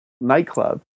nightclub